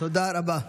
תודה רבה.